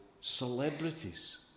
celebrities